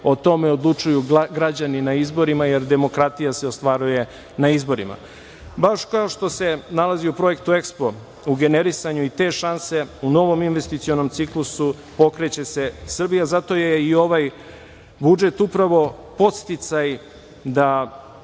O tome odlučuju građani na izborima, jer demokratija se ostvaruje na izborima. Baš kao što se nalazi u projektu EKSPO, u generisanju i te šanse u novom investicionom ciklusu, pokreće se Srbija i zato je i ovaj budžet upravo podsticaj da